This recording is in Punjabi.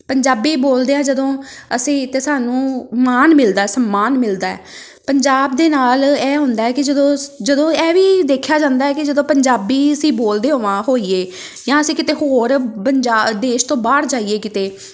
ਪੰਜਾਬੀ ਬੋਲਦਿਆਂ ਜਦੋਂ ਅਸੀਂ ਤਾਂ ਸਾਨੂੰ ਮਾਣ ਮਿਲਦਾ ਸਨਮਾਨ ਮਿਲਦਾ ਪੰਜਾਬ ਦੇ ਨਾਲ ਇਹ ਹੁੰਦਾ ਕਿ ਜਦੋਂ ਜਦੋਂ ਇਹ ਵੀ ਦੇਖਿਆ ਜਾਂਦਾ ਕਿ ਜਦੋਂ ਪੰਜਾਬੀ ਅਸੀਂ ਬੋਲਦੇ ਹੋਵਾਂ ਹੋਈਏ ਜਾਂ ਅਸੀਂ ਕਿਤੇ ਹੋਰ ਪੰਜਾਬ ਦੇਸ਼ ਤੋਂ ਬਾਹਰ ਜਾਈਏ ਕਿਤੇ